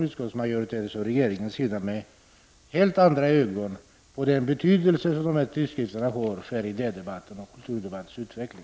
Utskottsmajoriteten och regeringen borde se med helt andra ögon på den betydelse som dessa tidskrifter har för idé och kulturdebattens utveckling.